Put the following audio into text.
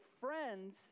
friends